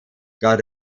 got